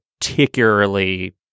particularly